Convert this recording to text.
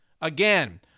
Again